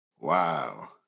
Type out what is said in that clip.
Wow